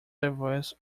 diverse